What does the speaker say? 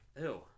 Ew